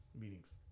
meetings